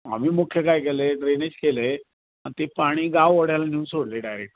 आम्ही मुख्य काय केलं आहे ड्रेनेज केलं आहे आणि ते पाणी गाव ओढ्याला नेऊन सोडलं आहे डायरेक्ट